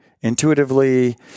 intuitively